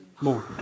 More